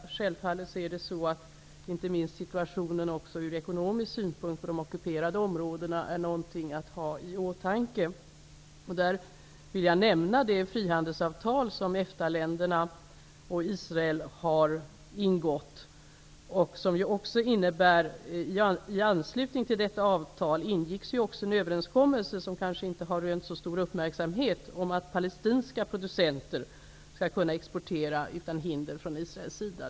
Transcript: Självfallet är situationen i de ockuperade områdena ur ekonomisk synpunkt något att ha i åtanke. Jag vill nämna det frihandelsavtal som EFTA länderna och Israel har ingått. I anslutning till detta avtal ingicks en överenskommelse, som kanske inte har rönt så stor uppmärksamhet, om att palestinska producenter skall kunna exportera utan hinder från Israels sida.